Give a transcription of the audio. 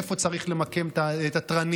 איפה צריך למקם את התרנים,